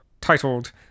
titled